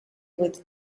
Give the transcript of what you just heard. with